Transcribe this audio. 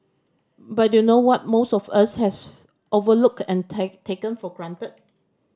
but you know what most of us has overlooked and take taken for granted